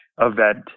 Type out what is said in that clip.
event